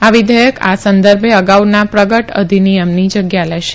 આ વિધેયક આ સંદર્ભે અગાઉના પ્રગટ અધિનિયમની જગ્ય લેશે